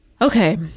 Okay